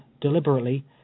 deliberately